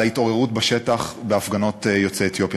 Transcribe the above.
ההתעוררות בשטח בהפגנות יוצאי אתיופיה.